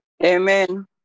Amen